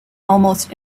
almost